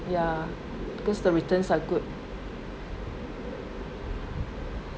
ya because the returns are good